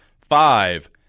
five